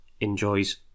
enjoys